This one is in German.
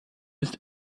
ist